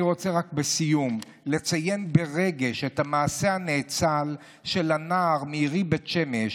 אני רוצה רק בסיום לציין ברגש את המעשה הנאצל של הנער מעירי בית שמש,